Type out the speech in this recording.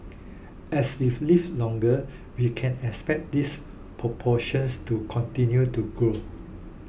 as we've live longer we can expect this proportions to continue to grow